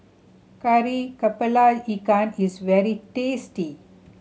Kari Kepala Ikan is very tasty